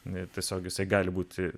netiesiogiai gali būti